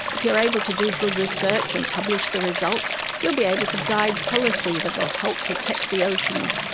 if you are able to do good research and publish the results you will be able to guide policy that will help protect the oceans,